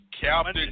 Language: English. Captain